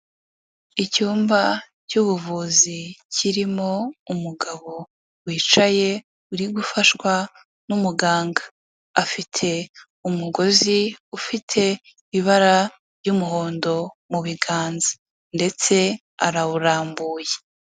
Icyumba cy'ubuvuzi kirimo umugabo wicaye uri gufashwa n'umuganga. Afite umugozi ufite ibara ry'umuhondo mu biganza ndetse arawurambuye.